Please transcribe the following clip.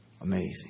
Amazing